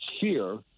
fear